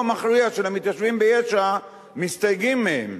המכריע של המתיישבים ביש"ע מסתייגים מהם